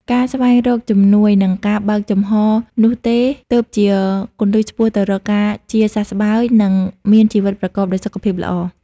ការស្វែងរកជំនួយ និងការបើកចំហនោះទេ ទើបជាគន្លឹះឆ្ពោះទៅរកការជាសះស្បើយ និងមានជីវិតប្រកបដោយសុខភាពល្អ។